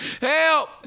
Help